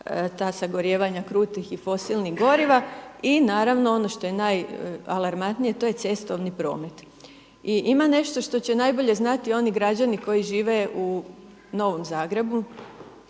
ta sagorijevanja krutih i fosilnih goriva i naravno ono što je najalarmantnije to je cestovni promet. Ima nešto što će najbolje znati oni građani koji žive u Novom Zagrebu